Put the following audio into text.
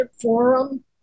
forum